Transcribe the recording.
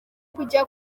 kujya